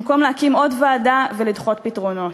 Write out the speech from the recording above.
במקום להקים עוד ועדה ולדחות פתרונות.